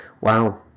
Wow